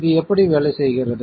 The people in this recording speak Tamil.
இது எப்படி வேலை செய்கிறது